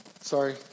sorry